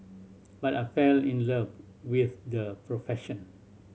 but I fell in love with the profession